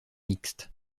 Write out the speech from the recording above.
mixte